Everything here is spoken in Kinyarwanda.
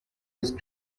yesu